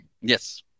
yes